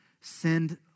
send